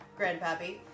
grandpappy